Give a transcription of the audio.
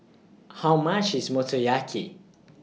How much IS Motoyaki